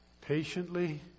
Patiently